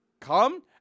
come